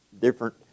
different